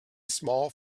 small